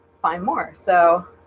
find more so